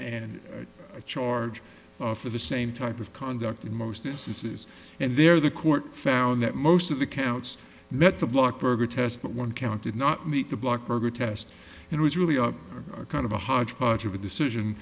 a charge for the same type of conduct in most instances and there the court found that most of the counts met the block burger test but one count did not meet the black burger test and it was really kind of a hodgepodge of a decision